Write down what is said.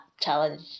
challenge